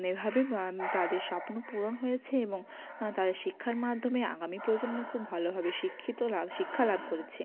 এভাবে তাদের স্বপ্ন পূরণ হয়েছে এবং তাদের শিক্ষার মাধ্যমে আগামী প্রজন্ম খুব ভালোভাবে শিক্ষিত লাভ শিক্ষা লাভ করেছে